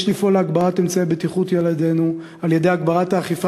יש לפעול להגברת בטיחות ילדינו על-ידי הגברת האכיפה